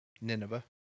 Nineveh